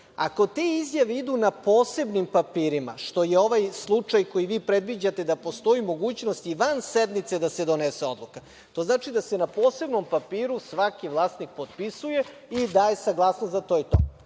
Ako te izjave idu na posebnim papirima, što je ovaj slučaj koji vi predviđate da postoji mogućnost i van sednice da se donese odluka, to znači da se na posebnom papiru svaki vlasnik potpisuje i daje saglasnost za to i to.